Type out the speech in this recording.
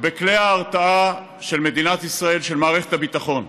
בכלי ההרתעה של מדינת ישראל, של מערכת הביטחון: